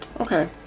Okay